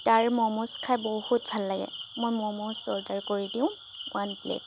তাৰ ম'ম'জ খাই বহুত ভাল লাগে মই ম'ম'জ অৰ্ডাৰ কৰি দিওঁ ওৱান প্লেট